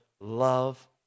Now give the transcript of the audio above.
love